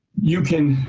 you can